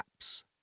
apps